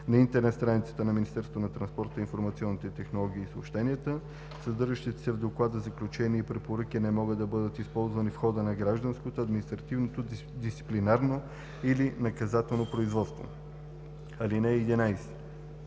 информационните технологии и съобщенията. Съдържащите се в доклада заключения и препоръки не може да бъдат използвани в хода на гражданско, административно, дисциплинарно или наказателно производство. (11)